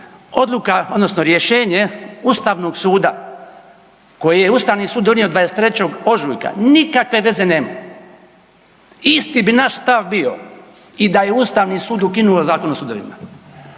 odluka odnosno rješenje Ustavnog suda koje je Ustavni sud donio 23. ožujka, nikakve veze nema, isti bi naš stav bio i da je Ustavni sud ukinuo Zakon o sudovima